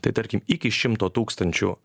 tai tarkim iki šimto tūkstančių